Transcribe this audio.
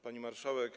Pani Marszałek!